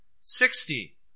sixty